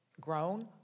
grown